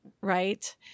right